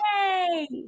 Yay